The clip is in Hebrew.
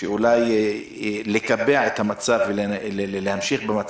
אולי לקבע את המצב ולהמשיך בו,